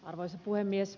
arvoisa puhemies